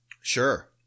sure